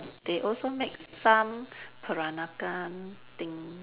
they also make some Peranakan thing